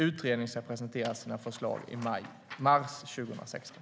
Utredningen ska presentera sina förslag i mars 2016.